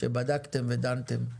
שבדקתם ודנתם.